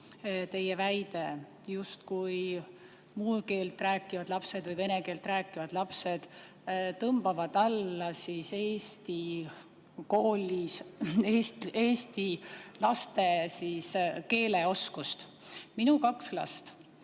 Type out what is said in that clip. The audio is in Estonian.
teie väide, justkui muud keelt rääkivad lapsed või vene keelt rääkivad lapsed tõmbavad alla eesti koolis eesti laste keeleoskust. Minul on kaks last.